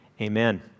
amen